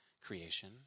creation